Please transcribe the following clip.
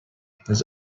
his